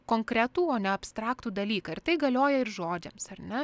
konkretų o ne abstraktų dalyką ir tai galioja ir žodžiams ar ne